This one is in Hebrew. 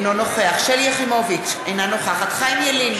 אינו נוכח שלי יחימוביץ, אינה נוכחת חיים ילין,